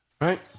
Right